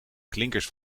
klinkers